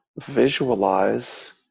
visualize